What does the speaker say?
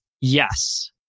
Yes